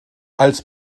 als